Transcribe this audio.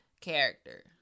character